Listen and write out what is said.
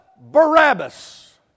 Barabbas